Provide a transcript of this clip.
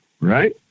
Right